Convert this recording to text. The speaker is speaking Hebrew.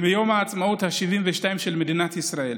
ביום העצמאות ה-72 של מדינת ישראל,